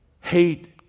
Hate